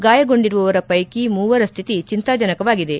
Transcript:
ಗಾಯಗೊಂಡಿರುವವರ ಪೈಕಿ ಮೂವರ ಸ್ಥಿತಿ ಚಿಂತಾಜನಾಕವಾಗಿದೆ